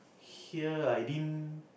hear I didn't